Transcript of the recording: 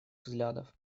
взглядов